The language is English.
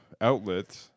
Outlet